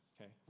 okay